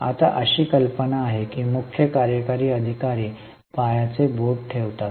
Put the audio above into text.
आता अशी कल्पना आहे की मुख्य कार्यकारी अधिकारी पायाचे बोट ठेवतात